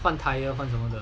换 tyre 换什么的